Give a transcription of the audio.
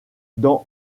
dans